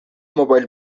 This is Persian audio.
موبایل